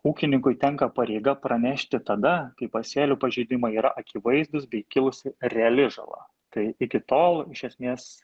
ūkininkui tenka pareiga pranešti tada kai pasėlių pažeidimai yra akivaizdūs bei kilusi reali žala tai iki tol iš esmės